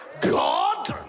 God